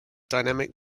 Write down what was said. dynamic